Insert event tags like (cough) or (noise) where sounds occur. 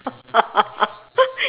(laughs)